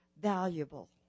valuable